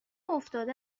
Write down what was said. افتاده